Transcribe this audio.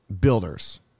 builders